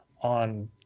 on